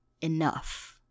enough